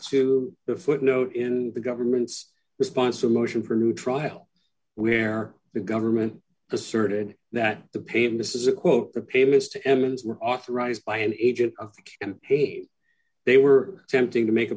to the footnote in the government's response to a motion for new trial where the government asserted that the payment is a quote the payments to emmons were authorized by an agent and paid they were attempting to make a